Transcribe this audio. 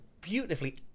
beautifully